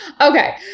Okay